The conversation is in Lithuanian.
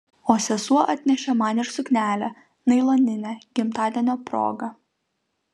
o sesuo atnešė man ir suknelę nailoninę gimtadienio proga